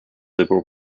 liberal